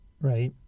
right